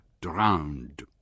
drowned